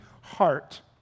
heart